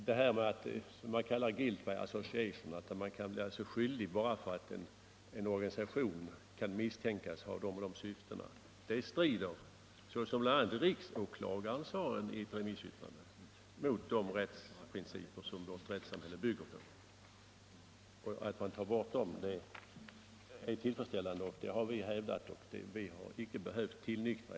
Detta med ”guilt by association” - att någon kan anses skyldig bara för att han tillhör en organisation som kan misstänkas ha de och de syftena strider, såsom riksåklagaren sade i ett remissyttrande, mot de rättsprinciper som vårt rättssamhälle bygger på. Att sådana bestämmelser tas bort är tillfredsställande. Det har vi hävdat hela tiden, och vi har inte behövt tillnyktra.